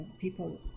people